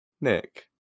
Nick